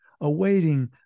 awaiting